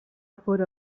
fóra